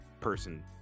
person